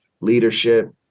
leadership